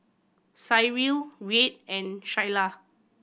Cyril Reid and Shayla